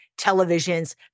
televisions